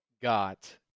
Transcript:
got